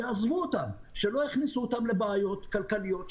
שיעזבו אותם, שלא יכניסו אותם לבעיות כלכליות.